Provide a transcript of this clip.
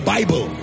Bible